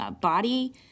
body